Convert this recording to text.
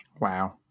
Wow